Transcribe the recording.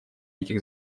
этих